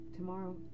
tomorrow